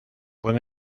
buen